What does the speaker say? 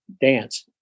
dance